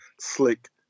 slick